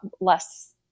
less